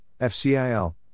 FCIL